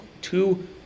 two